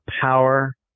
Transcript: power